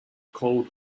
called